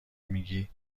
میگی